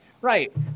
right